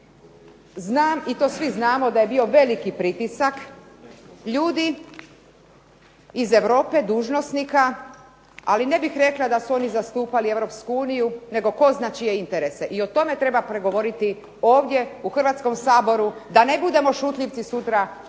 znam i to svi znamo da je bio veliki pritisak ljudi iz Europe dužnosnika, ali ne bih rekla da su oni zastupali Europsku uniju nego tko zna čije interese. I o tome treba progovoriti ovdje u Hrvatskom saboru da ne budemo šutljivci sutra u